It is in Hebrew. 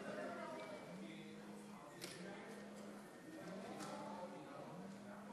נגד?